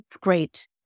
Great